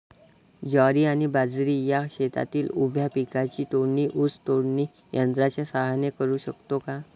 ज्वारी आणि बाजरी या शेतातील उभ्या पिकांची तोडणी ऊस तोडणी यंत्राच्या सहाय्याने करु शकतो का?